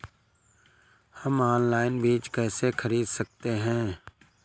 हम ऑनलाइन बीज कैसे खरीद सकते हैं?